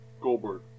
Goldberg